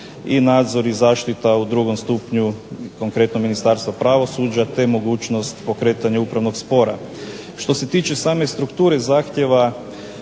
i nadzor i zaštita u drugom stupnju konkretno Ministarstva pravosuđa te mogućnost pokretanja upravnog spora. Što se tiče same strukture zahtjeva